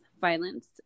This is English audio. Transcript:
violence